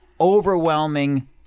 overwhelming